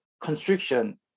constriction